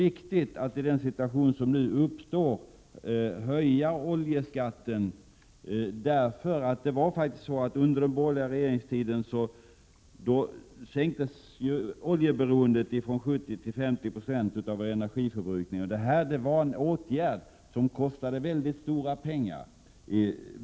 I den situation som nu råder har vi ansett det viktigt att höja oljeskatten. Under den borgerliga regeringstiden sänktes oljans andel av vår energiförbrukning från 70 till 50 26, och det var en åtgärd som kostade väldigt stora pengar.